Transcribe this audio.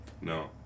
No